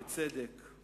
בצדק,